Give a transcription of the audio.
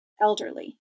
elderly